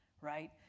right